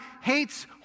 hates